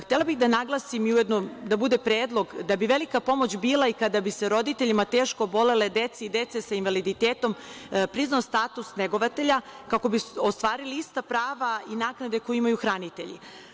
Htela bi da naglasim, i ujedno da bude predlog da bi velika pomoć bila i kada bi se roditeljima teško obolele dece i dece sa invaliditetom priznao status negovatelja kako bi ostvarili ista prava i naknade koje imaju hranitelji.